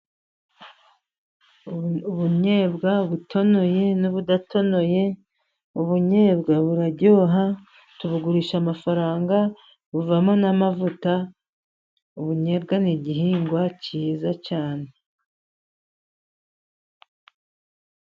Ubunybwa butonoye n'ubudatonoye. Ubunyobwa buraryoha , Tubugurisha amafaranga, buvamo n'amavuta. Ubunyobwa ni igihingwa cyiza cyane.